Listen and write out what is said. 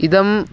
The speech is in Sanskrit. इदम्